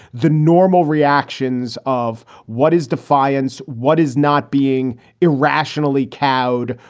the normal reactions of what is defiance, what is not being irrationally cowed?